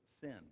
sin